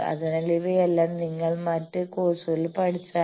അതിനാൽ ഇവയെല്ലാം നിങ്ങൾ മറ്റ് കോഴ്സുകളിൽ പഠിച്ചതാണ്